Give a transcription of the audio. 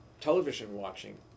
television-watching